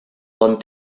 bon